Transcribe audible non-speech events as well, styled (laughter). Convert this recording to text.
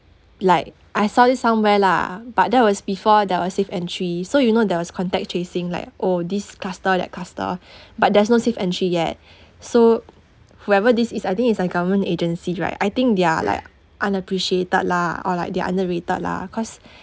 like I saw this somewhere lah but that was before there were safe entry so you know there was contact tracing like oh this cluster that cluster (breath) but there's no safe entry yet (breath) so whoever this is I think it's a government agency right I think they're like unappreciated lah or like they're underrated lah cause